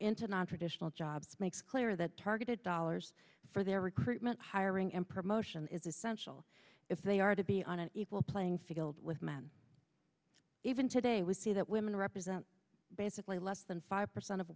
into nontraditional jobs makes clear that targeted dollars for their recruitment hiring and promotion is essential if they are to be on an equal playing field with men even today we see that women represent basically less than five percent of